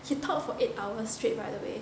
he talk for eight hours straight right away